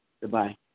Goodbye